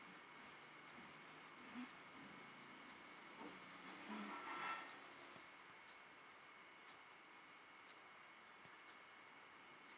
mm